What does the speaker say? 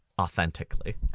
authentically